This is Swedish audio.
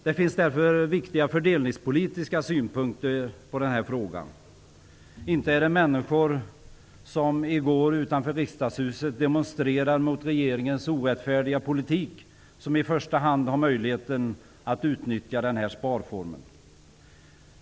Det finns därför viktiga fördelningspolitiska synpunkter på den här frågan. Inte är det människor som i går utanför Riksdagshuset demonstrerade mot regeringens orättfärdiga politik som i första hand har möjlighet att utnyttja den här sparformen.